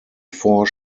four